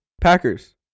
Packers